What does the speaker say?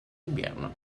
invierno